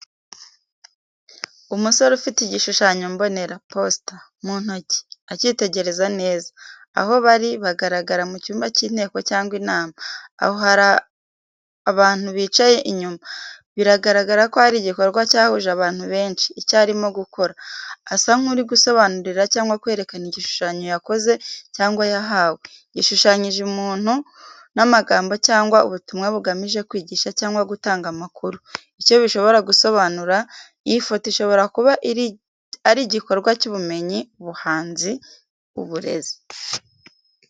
Umusore ufite igishushanyo mbonera (poster) mu ntoki, akitegereza neza. Aho bari: Bagaragara mu cyumba cy’inteko cyangwa inama, aho hari abantu bicaye inyuma, bigaragara ko ari igikorwa cyahuje abantu benshi. Icyo arimo gukora: Asa nk’uri gusobanurira cyangwa kwerekana igishushanyo yakoze cyangwa yahawe, gishushanyije umuntu n’amagambo cyangwa ubutumwa bugamije kwigisha cyangwa gutanga amakuru. Icyo bishobora gusobanura: Iyi foto ishobora kuba ari igikorwa cy’ubumenyi, ubuhanzi, uburezi.